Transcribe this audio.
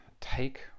Take